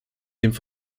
diesem